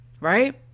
right